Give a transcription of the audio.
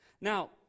Now